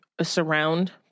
surround